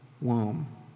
womb